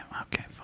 Okay